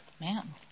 Man